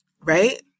right